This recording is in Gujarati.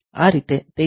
આ રીતે તે યોગ્ય છે